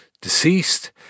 deceased